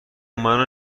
منو